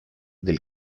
del